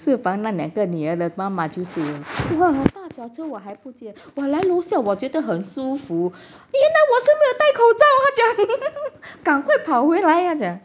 是帮那两个女儿的妈妈就是我我踏脚车我会不记得我来楼下我觉得很舒服原来我是没有戴口罩他讲赶快跑回来他讲